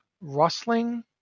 rustling